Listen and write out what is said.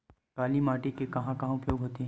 काली माटी के कहां कहा उपयोग होथे?